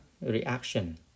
reaction